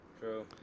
True